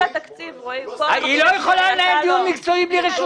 דיון מקצועי?